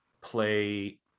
play